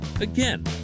again